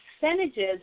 percentages